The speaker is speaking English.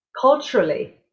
culturally